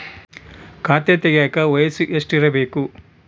ಖಾತೆ ತೆಗೆಯಕ ವಯಸ್ಸು ಎಷ್ಟಿರಬೇಕು?